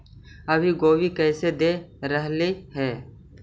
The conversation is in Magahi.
अभी गोभी कैसे दे रहलई हे?